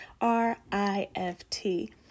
r-i-f-t